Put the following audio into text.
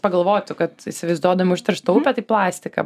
pagalvoti kad įsivaizduodami užterštą upę taip plastiką